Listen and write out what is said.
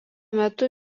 metu